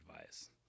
advice